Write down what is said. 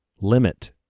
limit